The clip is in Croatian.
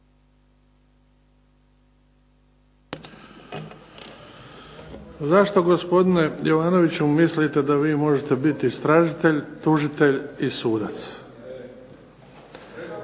Zašto gospodine Jovanoviću vi mislite da možete biti istražitelj, tužitelj i sudac?